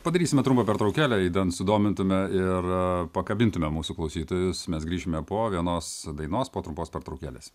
padarysime trumpą pertraukėlę idant sudomintume ir pakabintume mūsų klausytojus mes grįšime po vienos dainos po trumpos pertraukėlės